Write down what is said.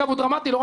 הוא דרמטי,